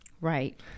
Right